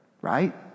right